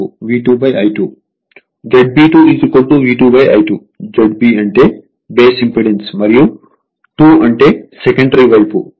Z B 2 V2 I2 Z B అంటే base impedance మరియు 2 అంటే సెకండరీ వైపు